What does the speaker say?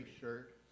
shirt